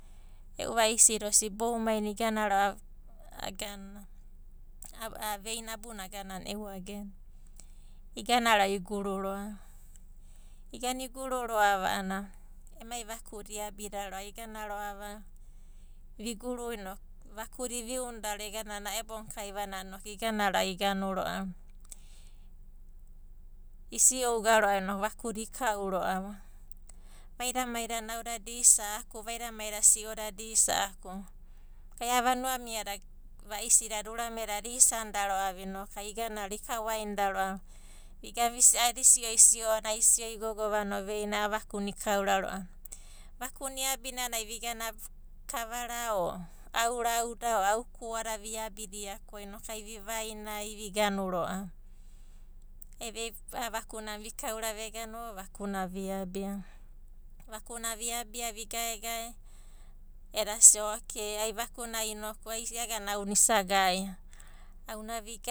E'u va'isi da osidi boumainai igana ro'ava a'a veina abunana aganana eu agena, igana ro'ava iguru ro'ava. Igana iguru ro'ava a'ana emai vakuda iabida ro'ava igana ro'ava viguru inoku vakuda iviunida ro'ava gegana ro'a na'ebo na kaivananai inoku igana ro'ava isi'ouga ro'ava inoku vakuda ikau ro'ava. Vaida maida nauda da isa'aku, vaidamaida si'oda di isa'aku, vanua miada vaisi dada, urame dada isanida ro'ava inoku ai igana ro'ava ikaoainida ro'ava, vigana visi'o, adi si'o isi'o a'ana ai isi'o igogovano veina, a'a vakuna ikaura ro'ava. Vakuna iabinanai vigana kavara o, au rauda o, au kauda viabidia ko inoku ai vivaina, a'a vakuna vikaura vegana o vakuna viabia. Vakuna viabia viagaegae, auna arunani visi'o vina'edio vinau. Edasia okei ai vakuna inoku ia agana auna isa gaia. Auna vigaia vigaegae auna arunanai visi'o vina; edio vinau. Edasia okei isa nau reisi edaka, ai vinau resisi, nauda da isa'aku ko ai inai garau garau ro'ava. A'a veina aba, a'a eu agenai guru guru vegavegano ve raviravi. I'ivaruna eka'ana veina ve babaga eka'ana o.